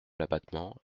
l’abattement